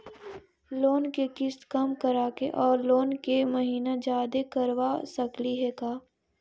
Loan के किस्त कम कराके औ लोन के महिना जादे करबा सकली हे का?